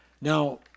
Now